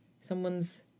someone's